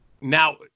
now